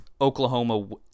Oklahoma